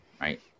right